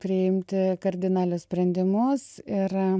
priimti kardinalius sprendimus ir